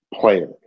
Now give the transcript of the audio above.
player